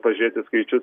pažiūrėti skaičius